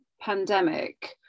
pandemic